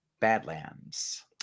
BADLANDS